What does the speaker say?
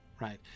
right